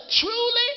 Truly